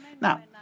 Now